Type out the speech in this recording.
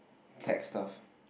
tech stuff